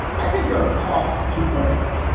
i think there are costs to both.